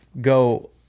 go